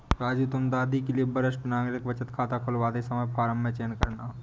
राजू तुम दादी के लिए वरिष्ठ नागरिक बचत खाता खुलवाते समय फॉर्म में चयन करना